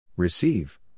Receive